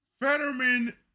Fetterman